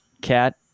cat